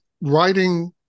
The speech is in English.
writing